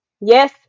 yes